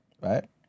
right